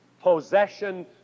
possession